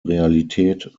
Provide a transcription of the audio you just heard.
realität